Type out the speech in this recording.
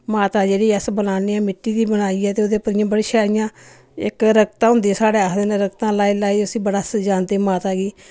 माता जेह्ड़ी अस बनान्ने आं मिट्टी दी बनाइयै ते उ'दे उप्पर इ'यां बड़े शैल इ'यां इक रक्ता होंदी साढ़ै आखदे न रक्ता लाई लाई उस्सी बड़ा सजांदे माता गी